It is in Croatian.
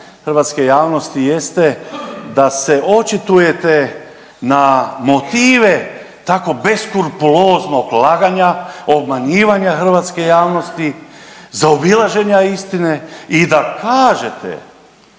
hrvatske javnosti jeste da se očitujete na motive tako beskrupuloznog laganja, obmanjivanja hrvatske javnosti, zaobilaženja istine i da kažete